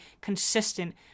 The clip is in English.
consistent